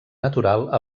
natural